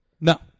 No